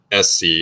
sc